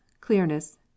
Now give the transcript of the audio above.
clearness